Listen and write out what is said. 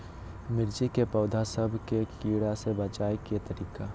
मिर्ची के पौधा सब के कीड़ा से बचाय के तरीका?